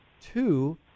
Two